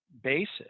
basis